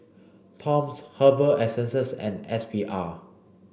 Toms Herbal Essences and S V R